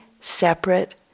separate